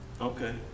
Okay